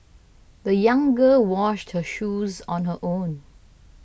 the young girl washed her shoes on her own